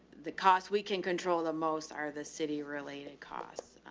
the costs we can control the most are the city related costs.